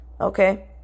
okay